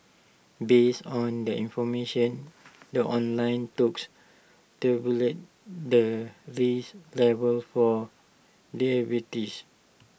based on the information the online tabulates the risk level for diabetes